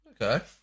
Okay